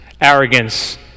Arrogance